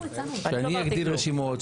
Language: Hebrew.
שאני אגדיל רשימות,